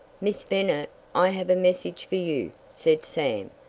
miss bennet, i have a message for you, said sam,